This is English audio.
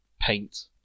paint